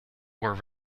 were